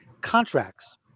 contracts